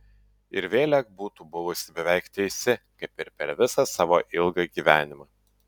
ir vėlek būtų buvusi beveik teisi kaip ir per visą savo ilgą gyvenimą